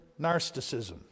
Narcissism